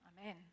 Amen